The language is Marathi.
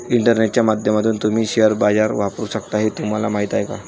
इंटरनेटच्या माध्यमातून तुम्ही शेअर बाजार वापरू शकता हे तुम्हाला माहीत आहे का?